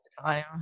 time